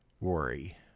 worry